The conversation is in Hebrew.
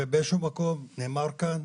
ובאיזה שהוא מקום נאמר כאן,